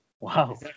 Wow